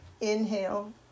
Inhale